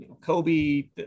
Kobe